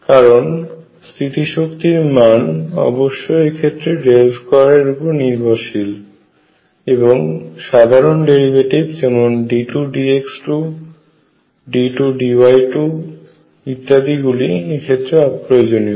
কারণ স্থিতি শক্তির মান অবশ্যই এক্ষেত্রে 2 এর উপর নির্ভরশীল এবং সাধারণ ডেরিভেটিভ d2dx2 d2dy2 গুলি এক্ষেত্রে অপ্রয়োজনীয়